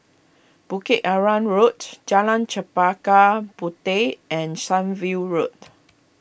Bukit Arang Road Jalan Chempaka Puteh and Sunview Road